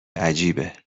عجیبه